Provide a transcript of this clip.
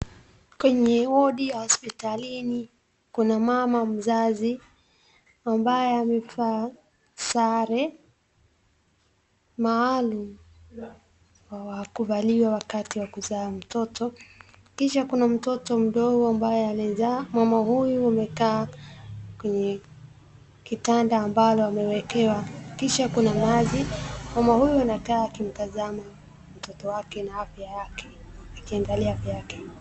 Kwenye wodi ya hospitalini, kuna mama mzazi ambaye amevaa sare maalum, hawakubaliwi wakati wa kuzaa mtoto, kisha kuna mtoto mdogo ambaye amezaa, mama huyu amekaa kwenye kitanda ambalo amewekewam kisha kuna maji, mama huyu amekaa akimtazama mtoto wake na afya yake akiangalia afya yake.